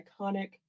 iconic